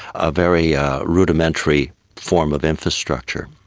a very rudimentary form of infrastructure.